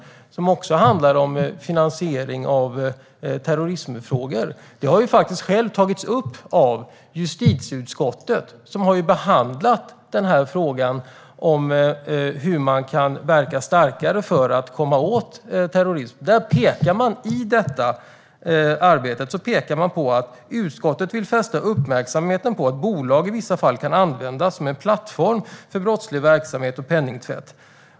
Det handlar också om finansiering av terrorism. Det har justitieutskottet självt tagit upp. Det har behandlat frågan om hur man starkare kan verka för att komma åt terrorism. I detta arbete pekar man på att utskottet vill fästa uppmärksamheten på att bolag i vissa fall kan användas som en plattform för brottslig verksamhet och penningtvätt.